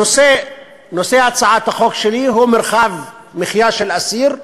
נושא הצעת החוק שלי הוא מרחב מחיה של אסיר.